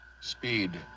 Speed